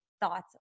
thoughts